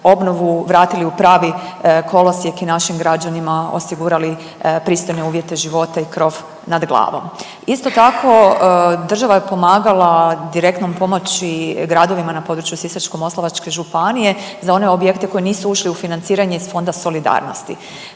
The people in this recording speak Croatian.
obnovu vratili u pravi kolosijek i našim građanima osigurali pristojne uvjete života i krov nad glavom. Isto tako država je pomagala direktnom pomoći gradovima na području Sisačko-moslavačke županije za one objekte koji nisu ušli u financiranje iz Fonda solidarnosti.